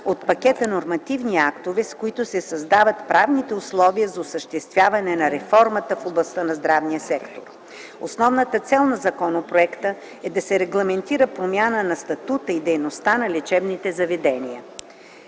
от пакета нормативни актове, с които се създават правните условия за осъществяване на реформата в областта на здравния сектор. Основната цел на законопроекта е да се регламентира промяна на статута и дейността на лечебните заведения.